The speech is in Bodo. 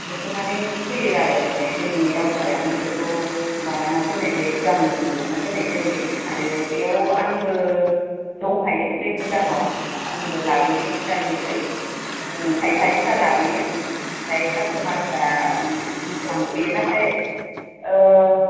होसोनानै फैयो आरो माने जोंनि दावथारायावनो बेखौ माबानानै दोननाय जायो गुदाम खालामनानै दोननाय जायो आरो बेयाव आंबो दंफायो बे गुदामाव आंबो लाबोयो भुटाननिफ्राय जों फायखारिफ्रा लाबोयो ओमफ्राय कासटमारफ्रा लांफैयो नाथाय ओ